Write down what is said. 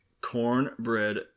cornbread